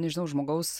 nežinau žmogaus